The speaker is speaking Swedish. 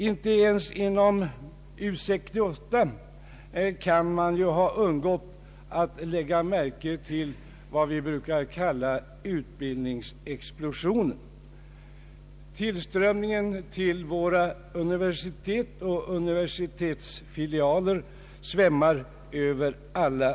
Inte ens inom U 68 kan man ha undgått att lägga märke till vad vi brukar kalla utbildningsexplosionen. Tillströmningen till våra universitet och universitetsfilialer är mycket större än väntat.